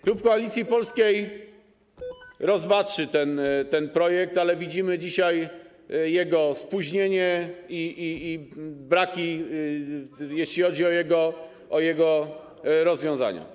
Klub Koalicji Polskiej rozpatrzy ten projekt, ale widzimy dzisiaj jego spóźnienie i braki, jeśli chodzi o jego rozwiązania.